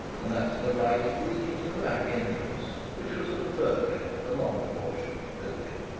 and that to the right leading to the back entrance, which was at the further end of the longer portion of the building.